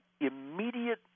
immediate